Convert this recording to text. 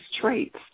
traits